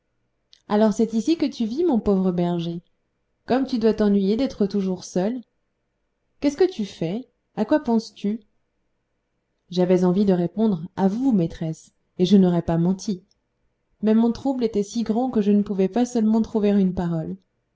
alors c'est ici que tu vis mon pauvre berger comme tu dois t'ennuyer d'être toujours seul qu'est-ce que tu fais à quoi penses-tu j'avais envie de répondre à vous maîtresse et je n'aurais pas menti mais mon trouble était si grand que je ne pouvais pas seulement trouver une parole